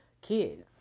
kids